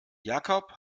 jakob